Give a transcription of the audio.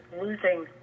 losing